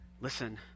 listen